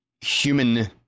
human